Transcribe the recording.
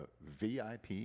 VIP